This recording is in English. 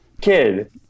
kid